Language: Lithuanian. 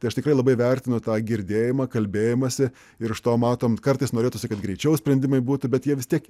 tai aš tikrai labai vertinu tą girdėjimą kalbėjimąsi ir aš to matome kartais norėtųsi kad greičiau sprendimai būtų bet jie vis tiek